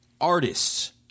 artists